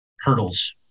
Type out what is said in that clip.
hurdles